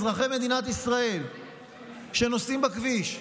אזרחי מדינת ישראל שנוסעים על הכביש,